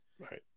Right